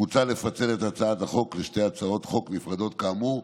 מוצע לפצל את הצעת החוק לשתי הצעות חוק נפרדות כאמור.